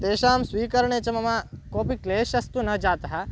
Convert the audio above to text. तेषां स्वीकरणे च मम कोपि क्लेशस्तु न जातः